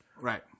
Right